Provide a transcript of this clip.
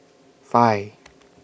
five